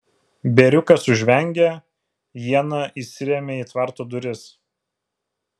bėriukas sužvengė iena įsirėmė į tvarto duris